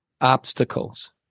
obstacles